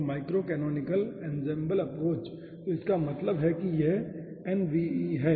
तो micro canonical ensemble approach तो इसका मतलब है कि यह nve है